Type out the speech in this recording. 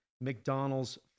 McDonald's